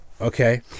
Okay